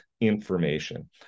Information